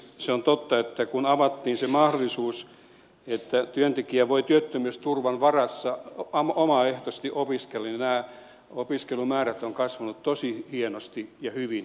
se on totta että kun avattiin se mahdollisuus että työntekijä voi työttömyysturvan varassa omaehtoisesti opiskella niin nämä opiskelumäärät ovat kasvaneet tosi hienosti ja hyvin